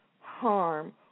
harm